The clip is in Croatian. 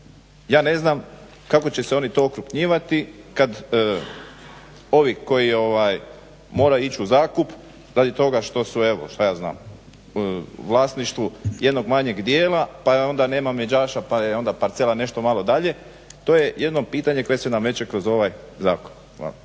Ja ne znam kako će se oni to okrupnjivati kad ovi koji moraju ići u zakup radi toga što su evo u vlasništvu jednog manjeg dijela pa onda nema međaša pa je onda parcela nešto malo dalje to je jedno pitanje koje se nameće kroz ovaj zakon. Hvala.